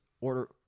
order